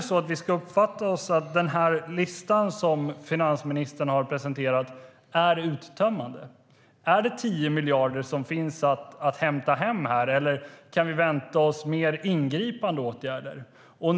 Ska vi uppfatta den lista finansministern presenterat som uttömmande? Är det 10 miljarder som finns att hämta hem här, eller kan vi vänta oss mer genomgripande åtgärder?